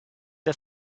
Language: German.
der